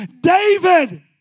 David